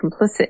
complicit